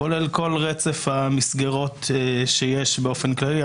כולל כל רצף המסגרות שיש באופן כללי.